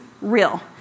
real